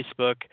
Facebook